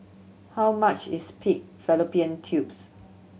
how much is pig fallopian tubes